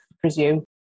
presume